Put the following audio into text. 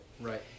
Right